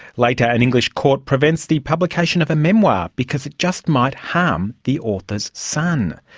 later an english court prevents the publication of a memoir because it just might harm the author's son.